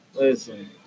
Listen